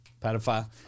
pedophile